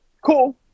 cool